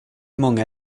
många